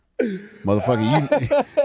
Motherfucker